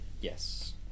Yes